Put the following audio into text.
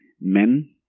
men